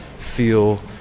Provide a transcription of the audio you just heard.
feel